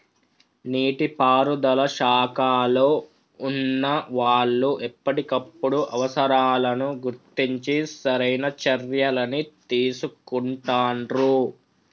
నీటి పారుదల శాఖలో వున్నా వాళ్లు ఎప్పటికప్పుడు అవసరాలను గుర్తించి సరైన చర్యలని తీసుకుంటాండ్రు